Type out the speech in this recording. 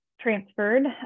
transferred